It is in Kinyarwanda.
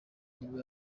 nibwo